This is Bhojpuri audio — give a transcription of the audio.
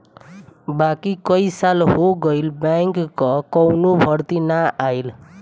बाकी कई साल हो गईल बैंक कअ कवनो भर्ती ना आईल